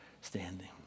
standing